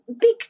big